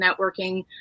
networking